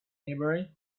maybury